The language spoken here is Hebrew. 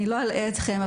אני לא אלאה אתכם,